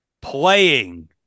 Playing